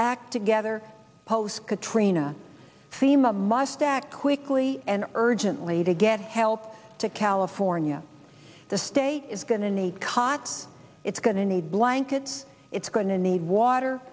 act together post trina fema must act quickly and urgently to get help to california the state is going to need cots it's going to need blankets it's going to need water